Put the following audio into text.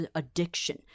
addiction